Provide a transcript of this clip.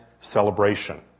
celebration